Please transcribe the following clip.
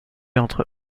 entre